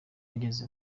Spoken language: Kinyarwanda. ageze